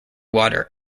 water